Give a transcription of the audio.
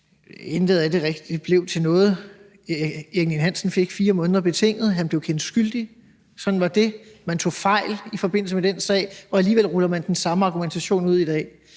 Intet af det blev rigtig til noget. Erik Ninn-Hansen fik 4 måneders betinget fængsel; han blev kendt skyldig. Sådan var det. Man tog fejl i forbindelse med den sag, og alligevel ruller man den samme argumentation ud i dag.